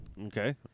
Okay